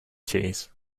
cheese